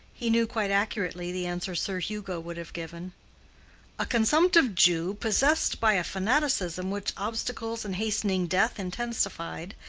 he knew quite accurately the answer sir hugo would have given a consumptive jew, possessed by a fanaticism which obstacles and hastening death intensified,